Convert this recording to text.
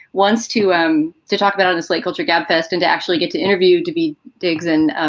once to um to talk about on the slate culture gabfest and to actually get to interview to be digs in.